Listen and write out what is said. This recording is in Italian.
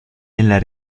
nella